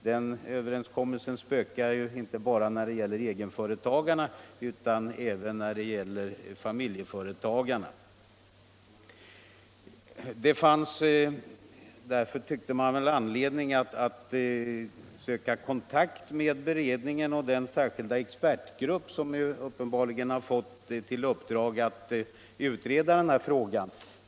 Den överenskommelsen spökar inte bara för egenföretagarna utan även för familjeföretagarna. Det fanns därför, tyckte man, anledning att söka kontakt med beredningen och den särskilda expertgrupp som nu uppenbarligen har fått i uppdrag att utreda den här frågan.